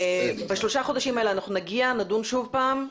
בשלושה חודשים האלה אנחנו נגיע, נדון שוב פעם.